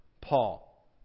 Paul